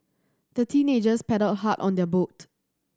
the teenagers paddled hard on their boat